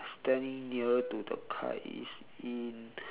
standing nearer to the kite he is in